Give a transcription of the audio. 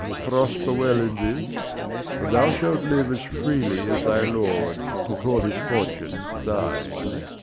prosper well in this, and thou shalt live as freely as thy lord, to call his fortunes thine.